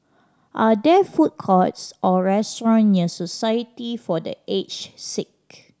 are there food courts or restaurants near Society for The Aged Sick